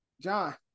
John